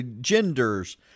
genders